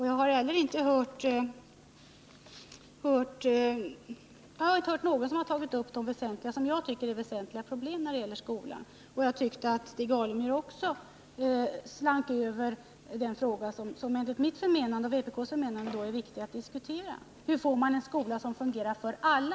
Jag har inte hört att någon tagit upp sådana problem på skolans område. Också Stig Alemyr slank förbi den fråga som enligt min och vpk:s förmenande är viktig att diskutera: Hur får man en skola som fungerar för alla?